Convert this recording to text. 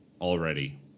already